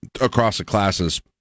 across-the-classes